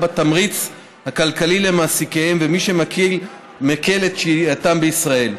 בתמריץ הכלכלי למעסיקיהם ולמי שמקל את שהייתם בישראל.